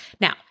Now